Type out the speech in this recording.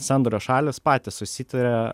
sandorio šalys patys susitaria